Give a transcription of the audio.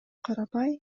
карабай